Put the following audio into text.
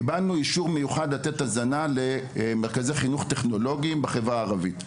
קיבלנו אישור מיוחד לתת הזנה למרכזי חינוך טכנולוגיים בחברה הערבית.